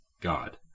god